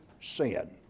sin